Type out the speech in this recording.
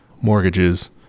mortgages